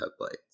headlights